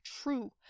true